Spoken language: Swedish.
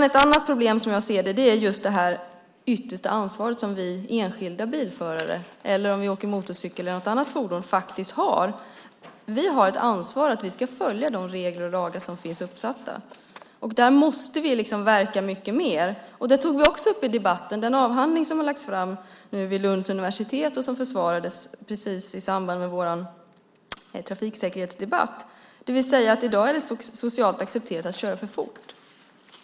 Ett annat problem, som jag ser det, är just det yttersta ansvaret som vi enskilda bilförare faktiskt har, eller om vi åker motorcykel eller något annat fordon. Vi har ett ansvar att följa de regler och lagar som finns uppsatta. Där måste vi verka mycket mer. Det tog vi också upp i debatten. Den avhandling som har lagts fram vid Lunds universitet och som försvarades i samband med vår trafiksäkerhetsdebatt visar att det bland svenskarna i dag är socialt accepterat att köra för fort.